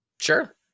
Sure